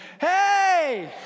hey